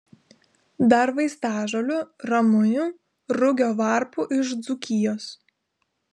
dar vaistažolių ramunių rugio varpų iš dzūkijos